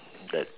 that's